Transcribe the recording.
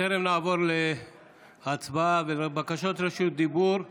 טרם המעבר לבקשות רשות הדיבור וההצבעה,